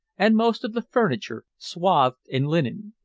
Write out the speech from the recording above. and most of the furniture swathed in linen.